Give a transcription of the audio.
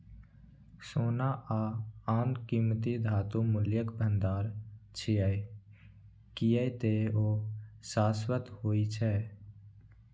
सोना आ आन कीमती धातु मूल्यक भंडार छियै, कियै ते ओ शाश्वत होइ छै